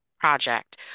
project